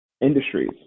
industries